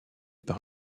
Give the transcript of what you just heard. par